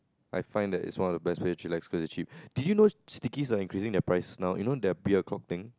I find it it's one of the best place to chillax cause it's cheap did you know stickies are increasing their price now you know the beer clock thing